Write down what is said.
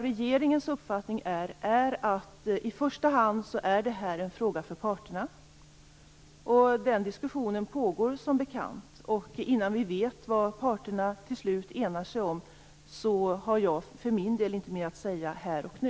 Regeringens uppfattning är att detta i första hand är en fråga för parterna, och den diskussionen pågår som bekant. Innan vi vet vad parterna till slut enar sig om har jag för min del inte mer att säga här och nu.